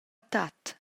tat